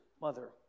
mother